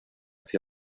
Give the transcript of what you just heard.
hacia